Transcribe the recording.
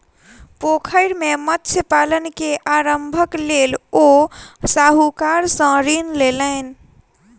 पोखैर मे मत्स्य पालन के आरम्भक लेल ओ साहूकार सॅ ऋण लेलैन